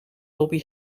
lobby